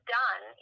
done